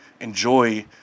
enjoy